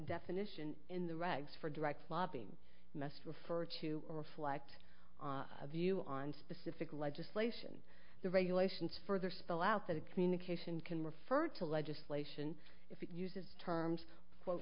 definition in the regs for direct lobbying mess refer to reflect on view on specific legislation the regulations further spell out that communication can refer to legislation if it uses terms quote